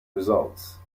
results